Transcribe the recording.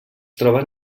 troben